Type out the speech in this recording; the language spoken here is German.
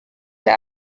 der